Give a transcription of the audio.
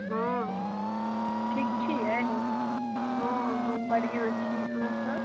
हँ ठीक छिए हँ हम बढ़िआँ छी अहाँसभ